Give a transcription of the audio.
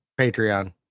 Patreon